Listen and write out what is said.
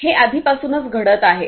हे आधीपासूनच घडत आहे